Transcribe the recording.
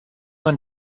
man